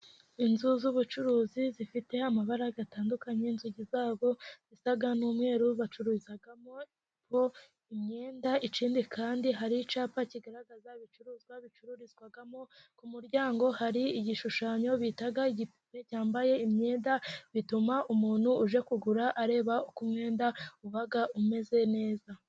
Inzu z'ubucuruzi zifite amabara atandukanye . Inzugi zabo zisa n'umweru bacuruzamo imyenda ikindi kandi hari icyapa kigaragaza ibicuruzwa bicururizwamo ,ku muryango hari igishushanyo bita igipupe cyambaye imyenda ,bituma umuntu uje kugura areba uko umwenda uba umeze neza.